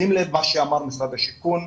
שים לב מה אמר משרד השיכון,